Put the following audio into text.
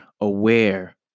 aware